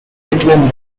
between